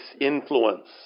influence